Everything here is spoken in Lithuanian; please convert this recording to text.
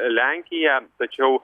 lenkija tačiau